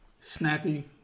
snappy